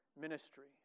ministry